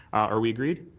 are we agreed?